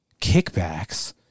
kickbacks